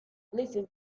listen